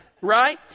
right